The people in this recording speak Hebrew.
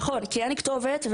נכון, אין כתובת.